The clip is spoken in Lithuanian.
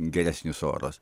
geresnis oras